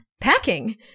Packing